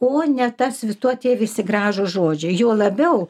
o ne tas vi tuo tie visi gražūs žodžiai juo labiau